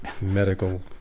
medical